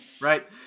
right